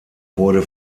wurde